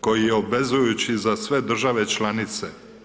koji je obvezujući za sve države članice.